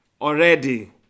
already